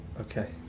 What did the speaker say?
Okay